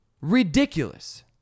Ridiculous